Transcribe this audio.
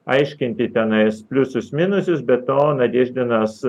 aiškinti tenais pliusus minusus be to nadeždinas